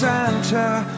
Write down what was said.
Santa